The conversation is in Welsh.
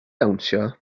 dawnsio